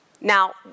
Now